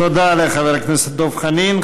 תודה לחבר הכנסת דב חנין.